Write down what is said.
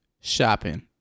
Shopping